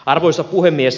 arvoisa puhemies